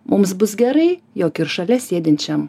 mums bus gerai jog ir šalia sėdinčiam